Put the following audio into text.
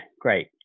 great